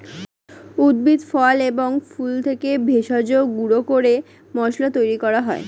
উদ্ভিদ, ফল এবং ফুল থেকে ভেষজ গুঁড়ো করে মশলা তৈরি করা হয়